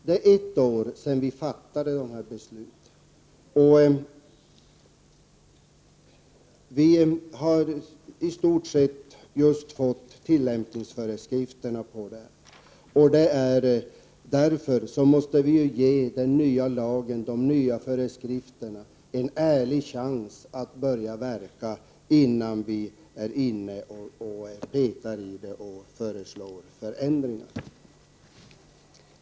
Det är ett år sedan vi fattade beslutet, och vi har helt nyligen fått tillämpningsföreskrifterna. Vi måste ge den nya lagen och de nya föreskrifterna en ärlig chans innan vi föreslår ändringar.